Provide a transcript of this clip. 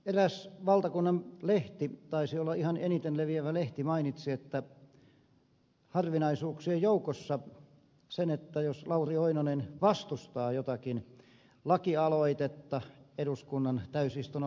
eräs valtakunnan lehti taisi olla ihan eniten leviävä lehti mainitsi harvinaisuuksien joukossa sen jos lauri oinonen vastustaa jotakin laki aloitetta eduskunnan täysistunnon lähetekeskustelussa